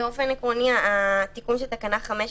יש שם עוד איזשהו חידוד.